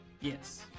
Yes